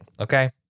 okay